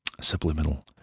subliminal